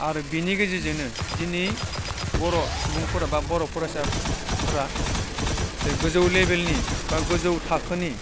आरो बिनि गेजेजोंनो दिनै बर' सुबुंफोरा बा बर' फरायसाफ्रा बे गोजौ लेभेलनि बा गोजौ थाखोनि